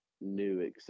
new